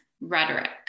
rhetoric